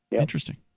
Interesting